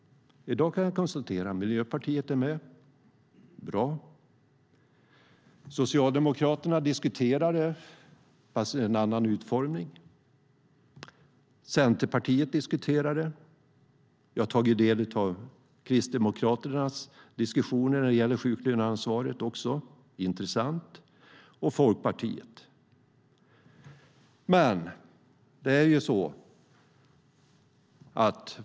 I dag kan jag konstatera att Miljöpartiet är med. Bra! Socialdemokraterna diskuterar detta, fast med en annan utformning. Centerpartiet diskuterar det. Jag har tagit del av Kristdemokraternas diskussioner när det gäller sjuklöneansvaret, också intressant, och Folkpartiets.